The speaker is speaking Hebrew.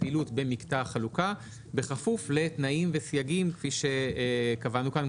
לפעילות במקטע החלוקה בכפוף לתנאים וסייגים כפי שקבענו כאן,